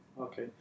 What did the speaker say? Okay